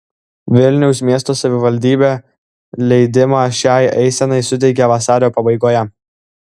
vilniaus miesto savivaldybė leidimą šiai eisenai suteikė vasario pabaigoje